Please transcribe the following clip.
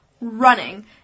running